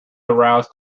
aroused